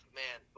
man